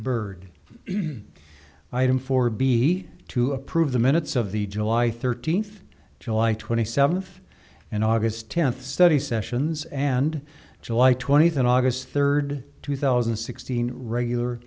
byrd item four b to approve the minutes of the july thirteenth july twenty seventh and august tenth study sessions and july twenty eighth and august third two thousand and sixteen regular